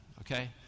okay